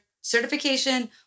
certification